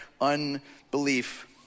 unbelief